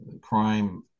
crime